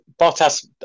Bottas